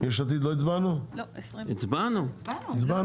על ההסתייגויות של יש עתיד לא הצבענו?